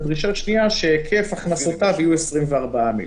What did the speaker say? ודרישה שנייה שהיקף הכנסותיו יהיו 24 מיליון.